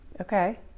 Okay